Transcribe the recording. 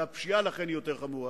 ולכן הפשיעה היא יותר חמורה,